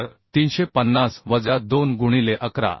तर 350 वजा 2 गुणिले 11